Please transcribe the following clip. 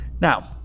Now